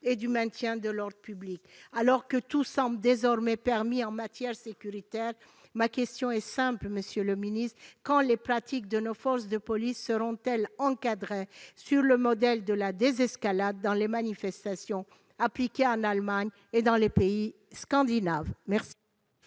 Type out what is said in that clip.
et du maintien de l'ordre public. Alors que tout semble désormais permis en matière sécuritaire, ma question est simple, monsieur le ministre : quand les pratiques de nos forces de police seront-elles encadrées, sur le modèle de la « désescalade » dans les manifestations appliquée en Allemagne et dans les pays scandinaves ?